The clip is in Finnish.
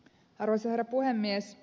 arvoisa herra puhemies